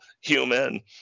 human